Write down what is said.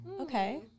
okay